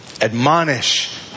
Admonish